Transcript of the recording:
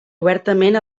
obertament